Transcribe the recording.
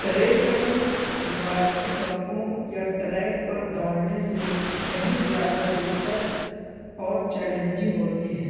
trail running روایتی سڑکوں یا ٹریک پر دوڑنے سے کہیں زیادہ دلچسپ اور چیلنجنگ ہوتی ہے